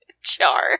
jar